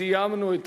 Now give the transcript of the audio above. סיימנו את